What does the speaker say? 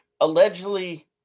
allegedly